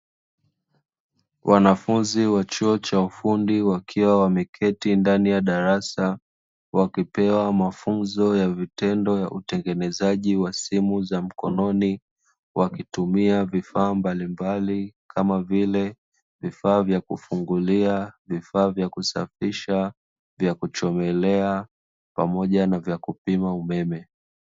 Wanafunzi wa chuo cha ufundi, wakiwa wameketi ndani ya darasa, wakipewa mafunzo ya vitendo ya utengenezaji wa simu za mkononi, wakitumia vifaa mbalimbali kama vile vifaa vya kufungulia, vifaa vya kusafisha, vya kuchomelea pamoja na vya kupima umeme.